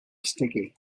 sticky